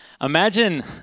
Imagine